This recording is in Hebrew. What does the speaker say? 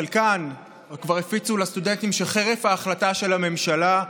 חלקן כבר הפיצו לסטודנטים שחרף ההחלטה של הממשלה,